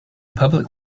public